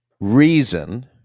reason